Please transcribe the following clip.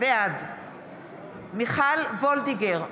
בעד מיכל וולדיגר,